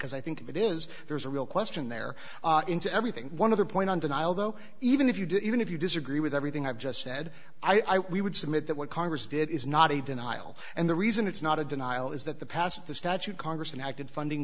because i think that is there's a real question there into everything one other point on denial though even if you do even if you disagree with everything i've just said i we would submit that what congress did is not a denial and the reason it's not a denial is that the passed the statute congress and acted funding